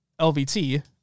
LVT